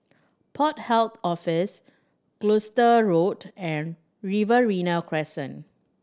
Port Health Office Gloucester Road and Riverina Crescent